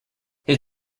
his